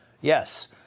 yes